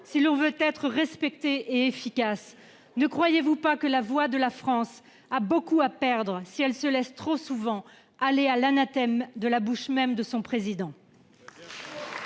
si l'on veut être respecté et efficace. Ne croyez-vous pas que la voix de la France a beaucoup à perdre si elle se laisse trop souvent aller à l'anathème de la bouche même de son Président ?